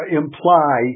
imply